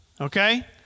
Okay